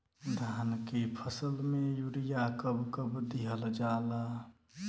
धान के फसल में यूरिया कब कब दहल जाला?